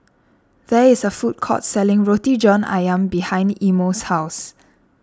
there is a food court selling Roti John Ayam behind Imo's house